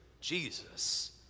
Jesus